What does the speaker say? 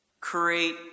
create